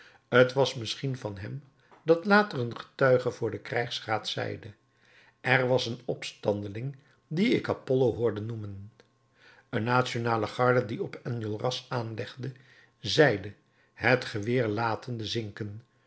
t was misschien van hem dat later een getuige voor den krijgsraad zeide er was een opstandeling dien ik apollo hoorde noemen een nationale garde die op enjolras aanlegde zeide het geweer latende zinken